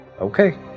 Okay